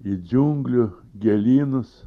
į džiunglių gėlynus